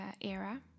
Era